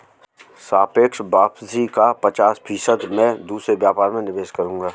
सापेक्ष वापसी का पचास फीसद मैं दूसरे व्यापार में निवेश करूंगा